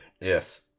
Yes